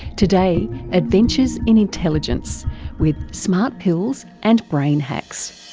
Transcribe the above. today, adventures in intelligence with smart pills and brain hacks.